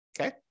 okay